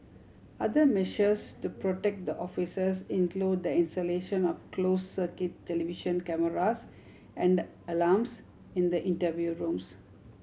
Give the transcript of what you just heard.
other measures to protect the officers include the installation of closed circuit television cameras and alarms in the interview rooms